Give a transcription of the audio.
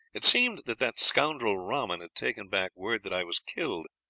it seemed that that scoundrel rahman had taken back word that i was killed.